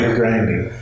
grinding